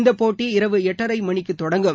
இந்த போட்டி இரவு எட்டரை மணிக்கு தொடங்கும்